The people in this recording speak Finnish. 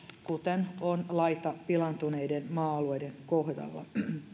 kuten on laita pilaantuneiden maa alueiden kohdalla